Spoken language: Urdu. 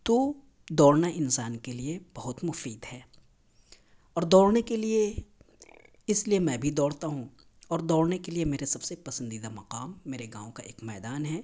تو دوڑنا انسان کے لیے بہت مفید ہے اور دوڑنے کے لیے اس لیے میں بھی دوڑتا ہوں اور دوڑنے کے لیے میرے سب سے پسندیدہ مقام میرے گاؤں کا ایک میدان ہے